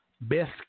best